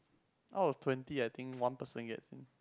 out of twenty I think one person gets in